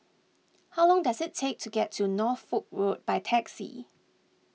how long does it take to get to Norfolk Road by taxi